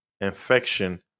infection